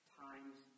times